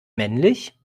männlich